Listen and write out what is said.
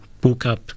book-up